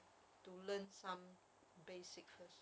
to learn some basic first